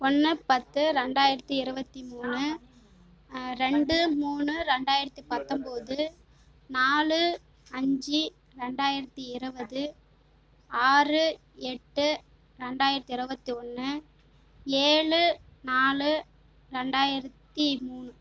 ஒன்று பத்து ரெண்டாயிரத்தி இருபத்தி மூணு ரெண்டு மூணு ரெண்டாயிரத்தி பத்தொம்போது நாலு அஞ்சு ரெண்டாயிரத்தி இருபது ஆறு எட்டு ரெண்டாயிரத்தி இருவத்தி ஒன்று ஏழு நாலு ரெண்டாயிரத்தி மூணு